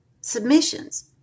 submissions